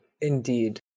indeed